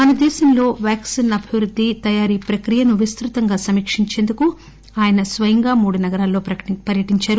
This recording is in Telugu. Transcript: మనదేశంలో వ్యాక్సిన్ అభివృద్ది తయారీప్రక్రియను విస్తుతంగా సమీక్టించేందుకు ఆయన స్వయంగా మూడు నగరాల్లో పర్యటించారు